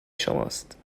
شماست